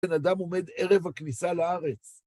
בן אדם עומד ערב הכניסה לארץ.